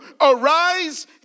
arise